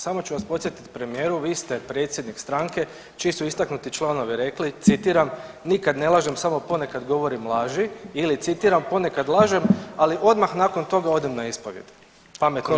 Samo ću vas podsjetiti premijeru vi ste predsjednik stranke čiji su istaknuti članovi rekli citiram: „Nikad ne lažem samo ponekad govorim laži“ ili citiram: „Ponekad lažem ali odmah nakon toga odem na ispovijed.“ Pametnom dosta.